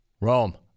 Rome